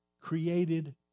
created